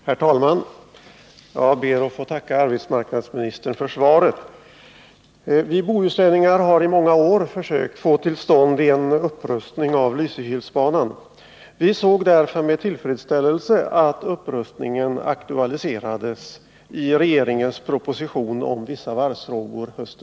Herr talman! Jag ber att få tacka arbetsmarknadsministern för svaret. Vi bohuslänningar har i många år försökt att få till stånd en upprustning av Lysekilsbanan. Vi såg därför med tillfredsställelse att upprustningen aktualiserades hösten 1978 i regeringens proposition om vissa varvsfrågor.